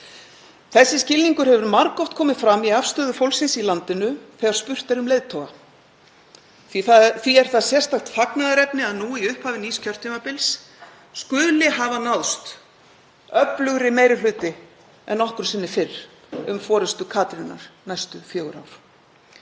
Þessi skilningur hefur margoft komið fram í afstöðu fólksins í landinu þegar spurt er um leiðtoga. Því er það sérstakt fagnaðarefni að nú í upphafi nýs kjörtímabils skuli hafa náðst öflugri meiri hluti en nokkru sinni fyrr um forystu Katrínar næstu fjögur ár.